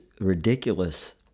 ridiculous